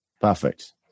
Perfect